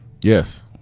yes